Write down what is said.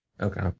okay